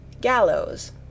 Gallows